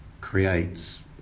creates